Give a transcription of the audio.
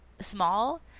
small